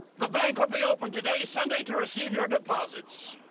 the bank will be open today, sunday, to receive your deposits.